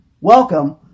welcome